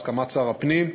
בהסכמת שר הפנים,